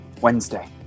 Wednesday